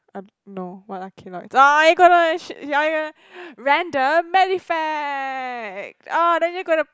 erm no what are keloids oh are you gonna random medi facts oh then you gonna